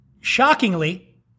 shockingly